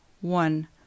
one